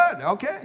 Okay